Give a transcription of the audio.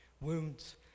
Wounds